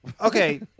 Okay